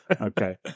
okay